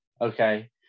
Okay